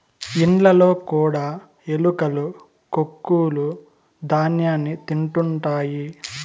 ఇండ్లలో కూడా ఎలుకలు కొక్కులూ ధ్యాన్యాన్ని తింటుంటాయి